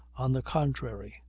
on the contrary.